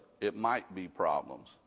it-might-be-problems